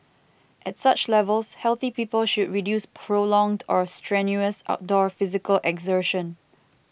at such levels healthy people should reduce prolonged or strenuous outdoor physical exertion